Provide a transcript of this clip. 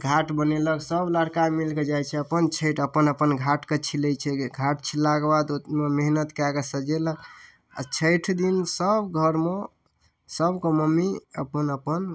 घाट बनेलक सब लड़िका सब मिलकऽ जाइ छै अपन छठि अपन अपन घाटके छीलै छै घाट छिललाके बाद ओइमे मेहनत कए कऽ सजेलक आओर छठि दिन सब घरमे सबके मम्मी अपन अपन